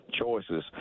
choices